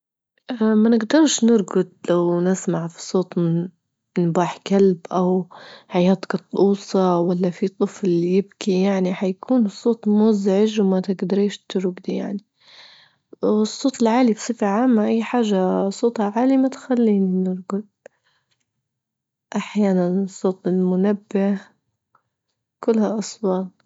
ما نجدرش نرجد لو نسمع في صوت نباح كلب أو حياة قطوسة، ولا في طفل يبكي، يعني حيكون الصوت مزعج وما تجدريش ترجدي يعني، والصوت العالي بصفة عامة، أي حاجة صوتها عالي ما تخليني نرجد، أحيانا صوت المنبه، كلها أصوات.